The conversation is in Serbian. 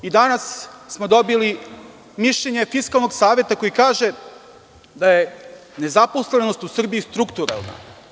Danas smo dobili mišljenje Fiskalnog saveta koji kažeda je nezaposlenost u Srbijistrukturalna.